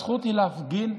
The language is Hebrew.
הזכות להפגין,